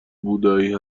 بودایی